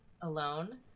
alone